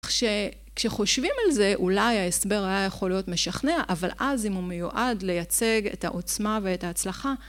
כשחושבים על זה, אולי ההסבר היה יכול להיות משכנע, אבל אז אם הוא מיועד לייצג את העוצמה ואת ההצלחה...